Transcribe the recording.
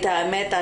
את האמת,